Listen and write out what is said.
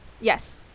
Yes